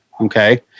Okay